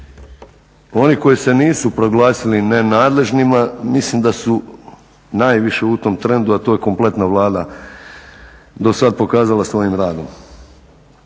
Oni koji se nisu proglasili nenadležnima mislim da su najviše u tom trendu, a to je kompletna Vlada dosad pokazala svojim radom.